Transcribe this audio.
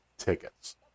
tickets